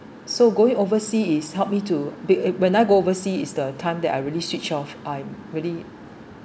so going oversea is helped me to be when I go oversea is the time that I really switch off I really